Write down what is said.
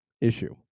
issue